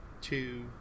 two